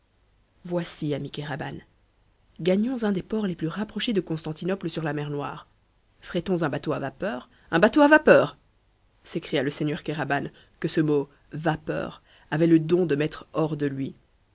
voici ami kéraban gagnons un des ports les plus rapprochés de constantinople sur la mer noire frétons un bateau à vapeur un bateau à vapeur s'écria le seigneur kéraban que ce mot vapeur avait le don de mettre hors de lui